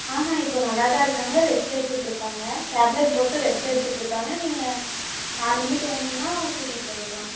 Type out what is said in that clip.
ஆஹன் இப்போது நல்லா தான் இருக்காங்க ரெஸ்ட் எடுத்துட்டுருக்காங்க டேப்லெட் போட்டு ரெஸ்ட்டு எடுத்துட்டுருக்காங்க நீங்கள் நாலு மணிக்கு வந்திங்கன்னா கூட்டிகிட்டு போயிடலாம்